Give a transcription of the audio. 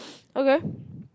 okay